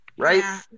right